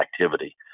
activity